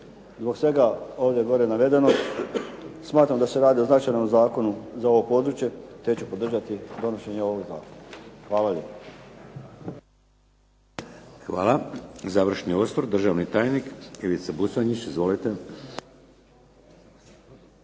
Zbog svega ovdje gore navedenog smatram da se radi o značajnom zakonu za ovo područje, te ću podržati donošenje ovog zakona. Hvala lijepo. **Šeks, Vladimir (HDZ)** Hvala. Završni osvrt, državni tajnik Ivica Buconjić. Izvolite.